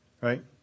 Right